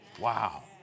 Wow